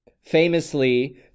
Famously